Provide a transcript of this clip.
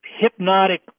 hypnotic